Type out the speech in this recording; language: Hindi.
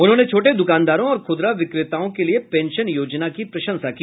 उन्होंने छोटे दुकानदारों और खूदरा विक्रेताओं के लिए पेंशन योजना की प्रशंसा की